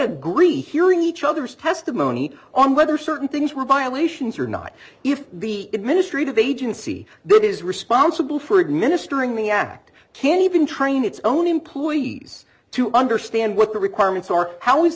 agree hearing each other's testimony on whether certain things were violations or not if the administrative agency that is responsible for administering the act can't even train its own employees to understand what the requirements are how